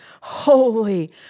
holy